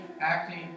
acting